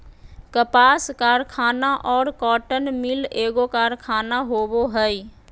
कपास कारखाना और कॉटन मिल एगो कारखाना होबो हइ